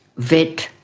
vet,